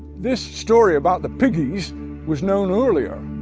this story about the piggies was known earlier,